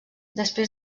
després